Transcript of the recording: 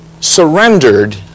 surrendered